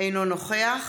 אינו נוכח